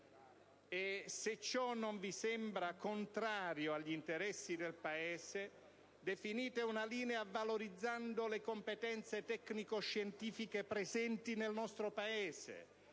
se ciò non vi sembra contrario agli interessi del Paese, definite una linea valorizzando le competenze tecnico-scientifiche del nostro Paese,